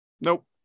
Nope